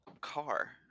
car